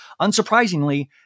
Unsurprisingly